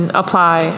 apply